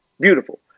Beautiful